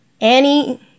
Annie